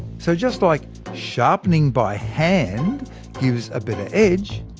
so just like sharpening by hand gives a better edge,